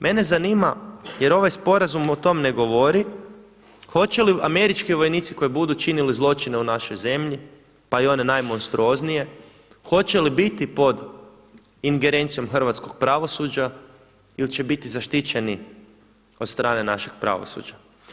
Mene zanima jer ovaj sporazum o tom ne govori, hoće li američki vojnici koji budu činili zločine u našoj zemlji pa i one najmonstruoznije, hoće li biti pod ingerencijom hrvatskog pravosuđa ili će biti zaštićeni od strane našeg pravosuđa.